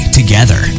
together